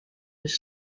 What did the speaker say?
dus